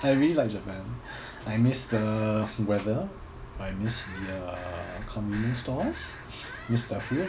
I really like japan I miss the weather I miss the uh convenience stores this type of thing